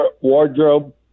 wardrobe